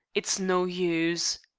it's no use.